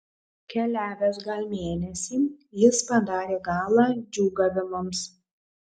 keliavęs gal mėnesį jis padarė galą džiūgavimams